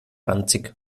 ranzig